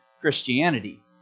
Christianity